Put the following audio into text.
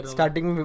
Starting